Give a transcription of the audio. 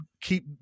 keep